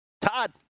Todd